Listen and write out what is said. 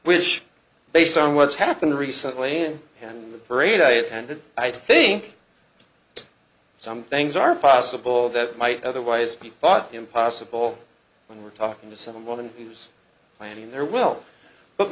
wish based on what's happened recently in the parade i attended i think some things are possible that might otherwise be part impossible when we're talking to someone who's planning their will but